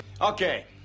Okay